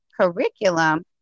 curriculum